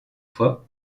fois